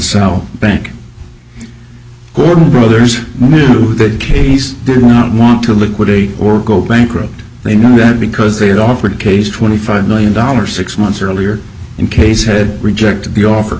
south bank gordon brothers the case do not want to liquidate or go bankrupt they know that because they had offered case twenty five million dollars six months earlier in case had rejected the offer